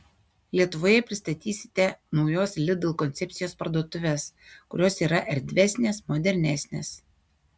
lietuvoje pristatysite naujos lidl koncepcijos parduotuves kurios yra erdvesnės modernesnės